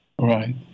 Right